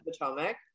Potomac